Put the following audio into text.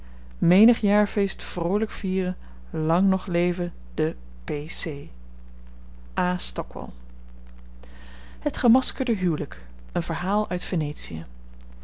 menig jaarfeest vroolijk vieren lang nog leve de p c a stockwall het gemaskerde huwelijk een verhaal uit venetië